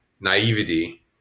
naivety